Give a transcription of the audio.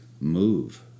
move